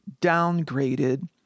downgraded